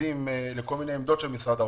מתנגדים לכל מיני עמדות של משרד האוצר.